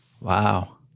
Wow